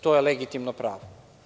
To je legitimno pravo.